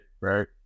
right